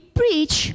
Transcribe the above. preach